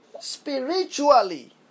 spiritually